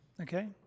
Okay